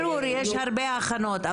ברור, יש הרבה הכנות.